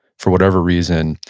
for whatever reason.